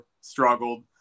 struggled